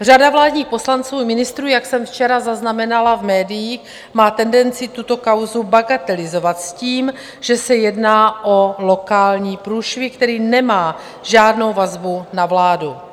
Řada vládních poslanců i ministrů, jak jsem včera zaznamenala v médiích, má tendenci tuto kauzu bagatelizovat s tím, že se jedná o lokální průšvih, který nemá žádnou vazbu na vládu.